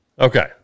Okay